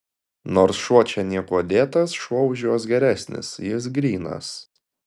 nors šuo čia niekuo dėtas šuo už juos geresnis jis grynas